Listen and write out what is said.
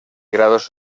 grados